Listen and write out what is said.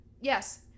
yes